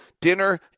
dinner